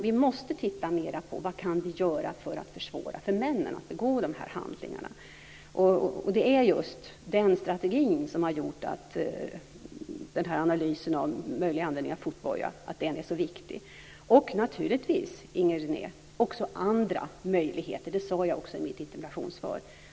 Vi måste titta mer på vad vi kan göra för att försvåra för männen att begå de här handlingarna. Det är just den strategin som har gjort att den här analysen av möjlig användning av fotboja är så viktig. Det handlar också om andra möjligheter, Inger René. Det sade jag också i mitt interpellationssvar.